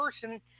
person